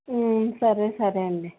సరే సరే అండి